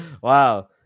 Wow